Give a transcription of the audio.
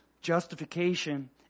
justification